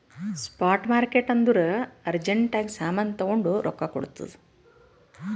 spot market ಅಂದುರ್ urgent ಆಗಿ ಸಾಮಾನ್ ತಗೊಂಡು ರೊಕ್ಕಾ ಕೊಡ್ತುದ್